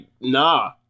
nah